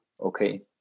okay